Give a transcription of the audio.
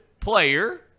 player